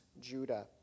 Judah